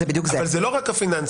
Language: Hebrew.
אבל זה לא רק הפיננסים,